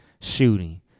shooting